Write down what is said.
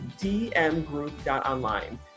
dmgroup.online